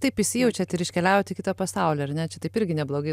taip įsijaučiat ir iškeliaujat į kitą pasaulį ar ne čia taip irgi neblogai